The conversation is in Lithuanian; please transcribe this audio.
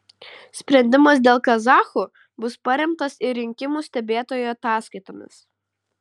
sprendimas dėl kazachų bus paremtas ir rinkimų stebėtojų ataskaitomis